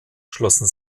schlossen